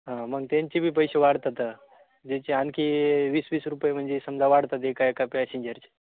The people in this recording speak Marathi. हां मग त्यांचे बी पैसे वाढतात ज्याची आणखी वीस वीस रुपये म्हणजे समजा वाढतात एका एका पॅसेंजरचे